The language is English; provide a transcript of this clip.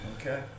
Okay